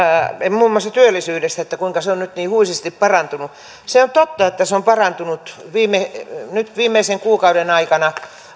muun muassa työllisyydestä kuinka se on nyt niin huisisti parantunut se on totta että se on parantunut nyt viimeisen kuukauden aikana